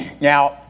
Now